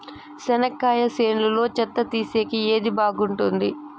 చెనక్కాయ చేనులో చెత్త తీసేకి ఏది బాగుంటుంది?